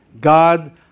God